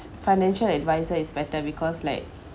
financial advisor is better because like